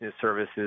services